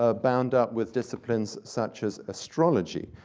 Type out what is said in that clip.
ah bound up with disciplines such as astrology,